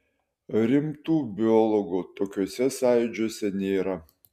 rimtų biologų tokiuose sąjūdžiuose nėra